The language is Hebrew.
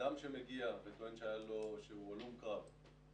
אדם שמגיע וטוען שהוא הלום קרב,